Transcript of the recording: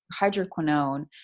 hydroquinone